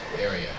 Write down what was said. area